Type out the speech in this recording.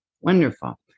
Wonderful